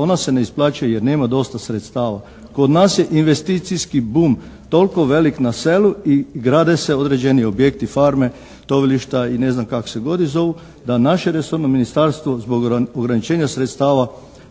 ona se ne isplaćuje jer nema dosta sredstava. Kod nas je investicijski bum toliko velik na selu i grade se određeni objekti, farme, tovilišta i ne znam kako se god i zovu, da naše resorno ministarstvo zbog ograničenja sredstava